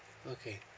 okay